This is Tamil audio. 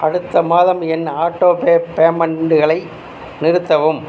அடுத்த மாதம் என் ஆட்டோபே பேமெண்ட்களை நிறுத்தவும்